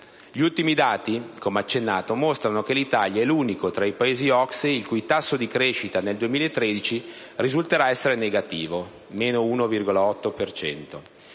Gli ultimi dati, come accennato, mostrano che l'Italia è l'unico tra i Paesi OCSE il cui tasso di crescita, nel 2013, risulterà essere negativo (meno 1,8